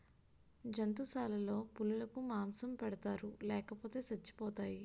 జంతుశాలలో పులులకు మాంసం పెడతారు లేపోతే సచ్చిపోతాయి